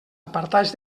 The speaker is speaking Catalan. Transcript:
apartats